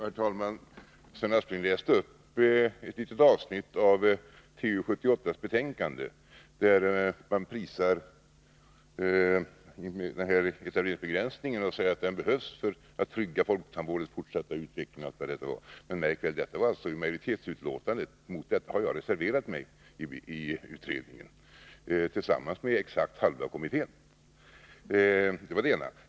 Herr talman! Sven Aspling läste upp ett litet avsnitt ur betänkandet från 1978 års tandvårdsutredning, där man prisar etableringsbegränsningen och säger att den behövs för att trygga folktandvårdens fortsatta utveckling osv. Men — märk väl! — detta var majoritetsutlåtandet. Mot detta har jag tillsammans med exakt halva kommittén reserverat mig i utredningen.